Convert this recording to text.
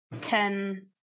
Ten